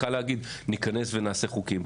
קל להגיד, ניכנס ונעשה חוקים.